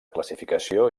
classificació